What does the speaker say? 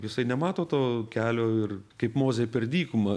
jisai nemato to kelio ir kaip mozė per dykumą